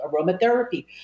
aromatherapy